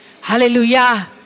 Hallelujah